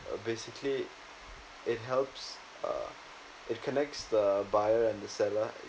uh basically it helps uh it connects the buyer and the seller